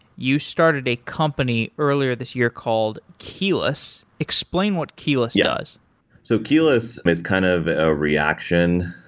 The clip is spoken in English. you started a company earlier this year called keyless. explain what keyless does so keyless is kind of a reaction.